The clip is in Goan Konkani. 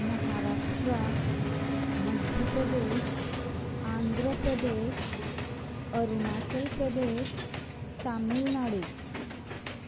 महाराष्ट्रा मध्य प्रदेश आंध्र प्रदेश अरुणाचल प्रदेश तामिळनाडू